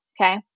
Okay